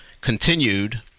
continued